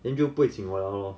then 就不会请我了 lor